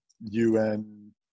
UN